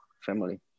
family